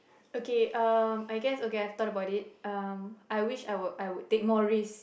okay um I guess okay I've thought about it um I wish I would I would take more risk